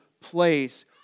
place